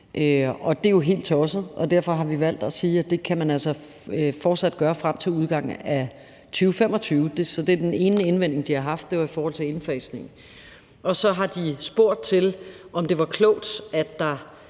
er jo helt tosset, og derfor har vi valgt at sige, at det kan man altså fortsat gøre frem til udgangen af 2025. Den ene indvinding, de havde, var i forhold til indfasningen. Så har de spurgt til, om det var klogt, at der